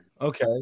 Okay